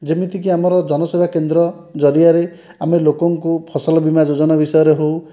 ଯେମିତିକି ଆମର ଜନସେଵା କେନ୍ଦ୍ର ଜରିଆରେ ଆମେ ଲୋକଙ୍କୁ ଫସଲ ବୀମା ଯୋଜନା ବିଷୟରେ ହେଉ